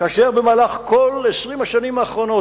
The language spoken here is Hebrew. כאשר במהלך כל 20 השנים האחרונות,